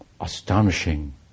astonishing